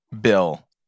bill